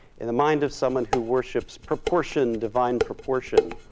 in the mind of someone who worships proportion, divine proportion,